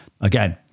again